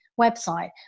website